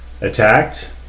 attacked